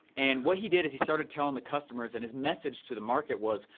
and what he did is he started telling the customers, and his message to the market was,